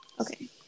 Okay